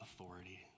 authority